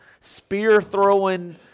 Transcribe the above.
spear-throwing